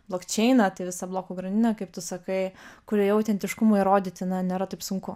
blokčeiną tai visa blokų grandinė kaip tu sakai kurioje autentiškumo įrodyti na nėra taip sunku